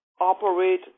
operate